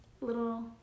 little